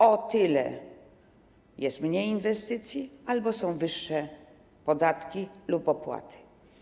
O tyle jest mniej inwestycji albo są wyższe podatki lub opłaty.